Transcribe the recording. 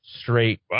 straight